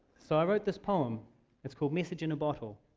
so i wrote this poem it's called, message in a bottle.